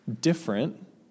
different